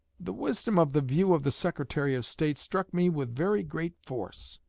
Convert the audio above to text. the wisdom of the view of the secretary of state struck me with very great force.